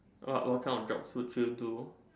uh what kind of jobs would you do